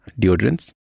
deodorants